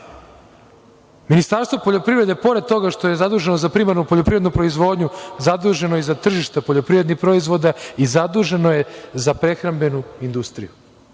to. Ministarstvo poljoprivrede, pored toga što je zaduženo za primarnu poljoprivrednu proizvodnju, zaduženo je i za tržište poljoprivrednih proizvoda i zaduženo je za prehrambenu industriju.